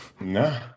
No